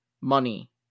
money